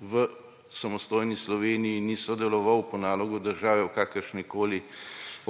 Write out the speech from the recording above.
v samostojni Sloveniji ni sodeloval po nalogu države v kakršnikoli